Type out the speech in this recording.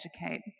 educate